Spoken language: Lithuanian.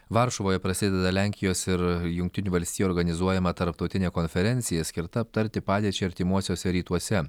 varšuvoje prasideda lenkijos ir jungtinių valstijų organizuojama tarptautinė konferencija skirta aptarti padėčiai artimuosiuose rytuose